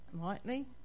lightly